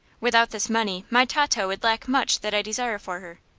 without this money my tato would lack much that i desire for her.